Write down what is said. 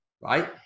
right